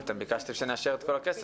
אתם ביקשתם שנאשר את כל הכסף,